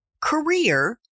career